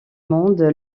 monde